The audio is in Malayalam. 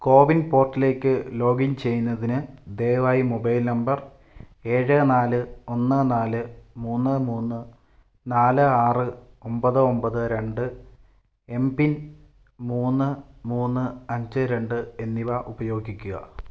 കോവിൻ പോർട്ടലിലേക്ക് ലോഗിൻ ചെയ്യുന്നതിന് ദയവായി മൊബൈൽ നമ്പർ ഏഴ് നാല് ഒന്ന് നാല് മൂന്ന് മൂന്ന് നാല് ആറ് ഒമ്പത് ഒമ്പത് രണ്ട് എം പിൻ മൂന്ന് മൂന്ന് അഞ്ച് രണ്ട് എന്നിവ ഉപയോഗിക്കുക